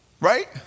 Right